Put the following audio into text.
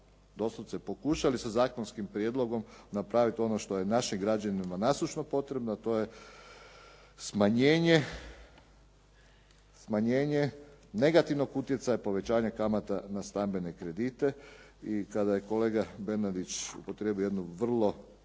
doslovce pokušali sa zakonskim prijedlogom napraviti ono što je našim građanima …/Govornik se ne razumije./… potrebno, a to je smanjenje negativnog utjecaja povećanja kamata na stambene kredite i kada je kolega Bernardić upotrijebio jednu vrlo